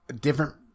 different